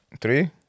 Three